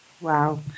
Wow